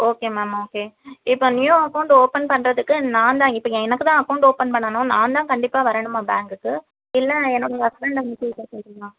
okay ma'am okay இப்போது new account open பண்ணுறதுக்கு நான் தான் இப்போது எனக்கு தான் அக்கௌண்ட் ஓப்பன் பண்ணணும் நான் தான் கண்டிப்பாக வரணுமா பேங்க்குக்கு இல்லை என்னோட ஹஸ்பண்டை அனுப்பிச்சு விட்டா போதுமா